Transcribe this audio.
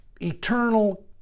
eternal